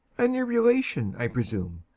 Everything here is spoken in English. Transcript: a near relation, i presume.